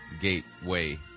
Gateway